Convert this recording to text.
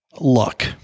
luck